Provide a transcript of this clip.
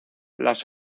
las